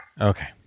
Okay